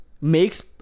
makes